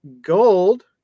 gold